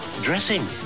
Dressing